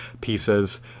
pieces